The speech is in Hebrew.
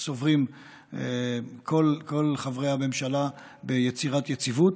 סוברים כל חברי הממשלה, ביצירת יציבות.